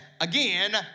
Again